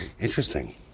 Interesting